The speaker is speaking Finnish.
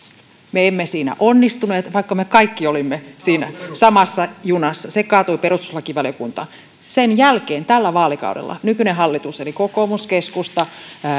me emme siinä onnistuneet vaikka me kaikki olimme siinä samassa junassa se kaatui perustuslakivaliokuntaan sen jälkeen tällä vaalikaudella nykyinen hallitus eli kokoomus keskusta